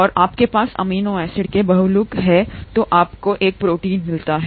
और आपके पास अमीनो एसिड के बहुलक हैं तो आपको एक प्रोटीन मिलता है